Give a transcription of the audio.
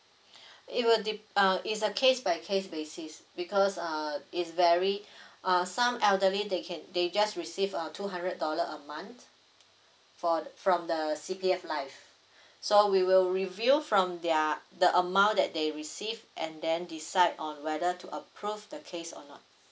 it would it uh it's a case by case basis because uh it's very uh some elderly they can they just receive uh two hundred dollar a month for the from the C_P_F life so we will review from their the amount that they receive and then decide on whether to approve the case or not